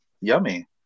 yummy